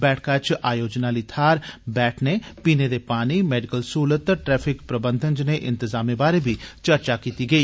बैठक च आयोजन आली थाहर बैठने पीने दे पानी मैडिकल सहूलत ट्रैफिक प्रबंधन जनेह् इंतज़ामें बारै बी चर्चा कीती गेई